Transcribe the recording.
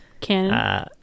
Canon